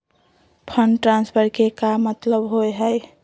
Fund transfer के का मतलब होव हई?